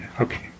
Okay